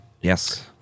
Yes